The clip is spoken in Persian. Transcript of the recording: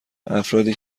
افرادی